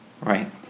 Right